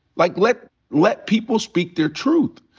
like, let let people speak their truth.